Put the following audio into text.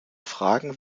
fragen